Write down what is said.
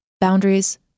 Boundaries